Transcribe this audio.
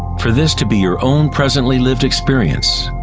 for this to be your own presently lived experience,